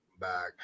Back